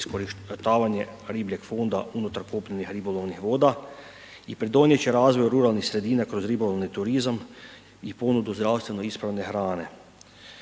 iskorištavanje ribljeg fonda unutar kopnenih ribolovnih voda i pridonijeti će razvoju ruralnih sredina kroz ribolovni turizam i ponudu zdravstveno ispravne hrane.